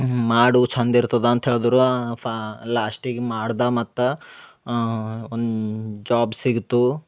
ಮಾಡು ಚಂದ್ ಇರ್ತದ ಅಂತೇಳ್ದುರೂ ಫಾ ಲಾಸ್ಟಿಗ ಮಾಡ್ದ ಮತ್ತು ಒಂದು ಜಾಬ್ ಸಿಗುತು